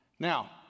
Now